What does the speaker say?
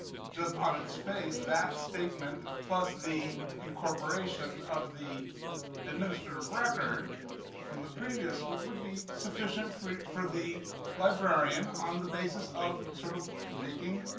just on its face, that statement and plus the incorporation of the administrative record from the previous would would be sufficient for for the librarian, on the basis of sort of making, you